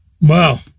Wow